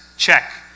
Check